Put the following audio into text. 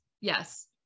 yes